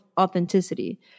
authenticity